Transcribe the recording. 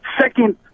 second